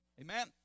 Amen